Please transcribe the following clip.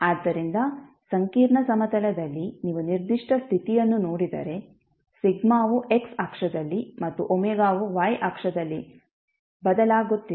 ಆದ್ದರಿಂದ ಸಂಕೀರ್ಣ ಸಮತಲದಲ್ಲಿ ನೀವು ನಿರ್ದಿಷ್ಟ ಸ್ಥಿತಿಯನ್ನು ನೋಡಿದರೆ ವು x ಅಕ್ಷದಲ್ಲಿ ಮತ್ತು ω ವು y ಅಕ್ಷದಲ್ಲಿ ಬದಲಾಗುತ್ತಿದೆ